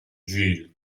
gill